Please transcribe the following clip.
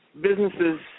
businesses